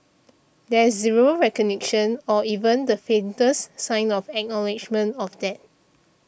there's zero recognition or even the faintest sign of acknowledgement of that